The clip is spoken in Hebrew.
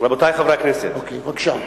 בבקשה.